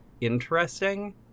interesting